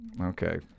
Okay